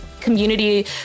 community